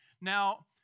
Now